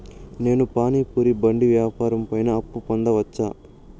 నేను పానీ పూరి బండి వ్యాపారం పైన అప్పు పొందవచ్చా?